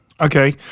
Okay